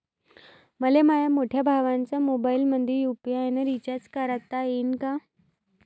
मले माह्या मोठ्या भावाच्या मोबाईलमंदी यू.पी.आय न रिचार्ज करता येईन का?